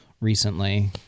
recently